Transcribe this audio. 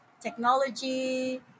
technology